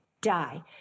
die